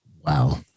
wow